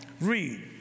Read